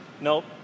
Nope